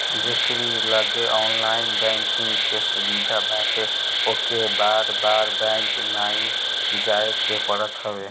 जेकरी लगे online banking के सुविधा बाटे ओके बार बार बैंक नाइ जाए के पड़त हवे